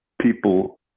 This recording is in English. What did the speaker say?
People